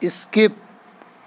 skip